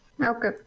Okay